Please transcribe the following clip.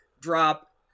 drop